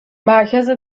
مرکز